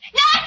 no